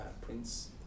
Prince